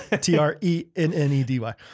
T-R-E-N-N-E-D-Y